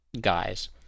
guys